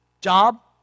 Job